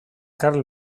karl